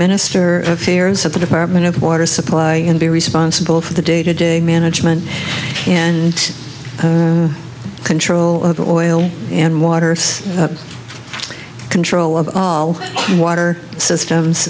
administer affairs at the department of water supply and be responsible for the day to day management and control of the oil and water control of all the water systems